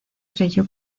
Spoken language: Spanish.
creyó